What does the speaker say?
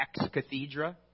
ex-cathedra